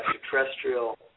extraterrestrial